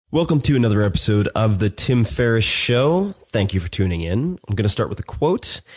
welcome to another episode of the tim ferriss show. thank you for tuning in. i'm going to start with a quote.